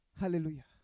Hallelujah